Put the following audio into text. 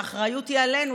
האחריות היא עלינו,